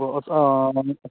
ꯑꯣ ꯑꯁ ꯑꯥ